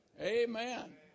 Amen